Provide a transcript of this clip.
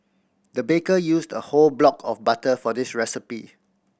the baker used a whole block of butter for this recipe